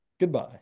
Goodbye